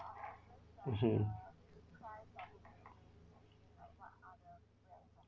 mmhmm